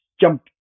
jump